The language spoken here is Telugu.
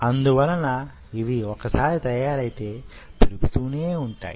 అందువలన ఇవి ఒకసారి తయారైతే పెరుగుతూనే ఉంటాయి